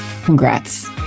Congrats